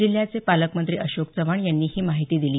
जिल्ह्याचे पालकमंत्री अशोक चव्हाण यांनी ही माहिती दिली